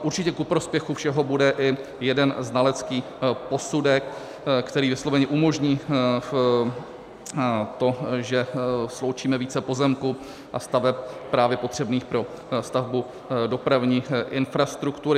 Určitě ku prospěchu všeho bude i jeden znalecký posudek, který vysloveně umožní to, že sloučíme více pozemků a staveb právě potřebných pro stavbu dopravní infrastruktury.